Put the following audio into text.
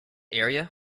area